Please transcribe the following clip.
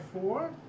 four